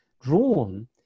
drawn